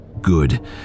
Good